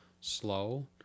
slow